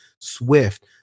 Swift